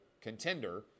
contender